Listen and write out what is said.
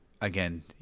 Again